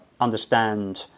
understand